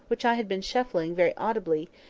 which i had been shuffling very audibly,